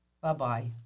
Bye-bye